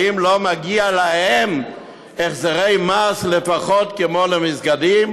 האם לא מגיעים להם החזרי מס לפחות כמו למסגדים?